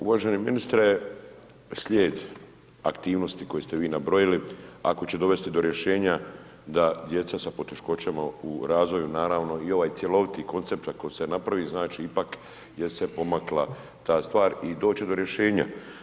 Uvaženi ministre, slijed aktivnosti koje ste vi nabrojali ako će dovesti do rješenja da djeca sa poteškoćama u razvoju naravno i ovaj cjeloviti koncept ako se napravi znači ipak jer se pomakla ta stvar i doći će do rješenja.